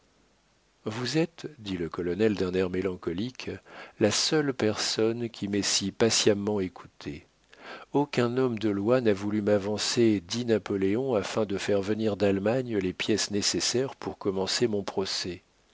vous êtes dit le colonel d'un air mélancolique la seule personne qui m'ait si patiemment écouté aucun homme de loi n'a voulu m'avancer dix napoléons afin de faire venir d'allemagne les pièces nécessaires pour commencer mon